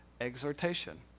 exhortation